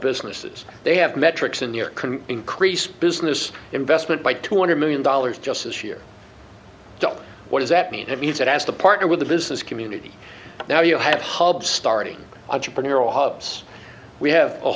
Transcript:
businesses they have metrics in the can increase business investment by two hundred million dollars just this year what does that mean it means that as the partner with the business community now you have hubs starting entrepreneurial hubs we have a